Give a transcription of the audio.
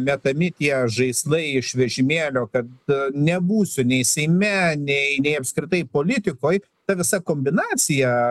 metami tie žaislai iš vežimėlio kad nebūsiu nei seime nei apskritai politikoj ta visa kombinacija